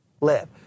live